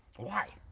why?